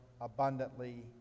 abundantly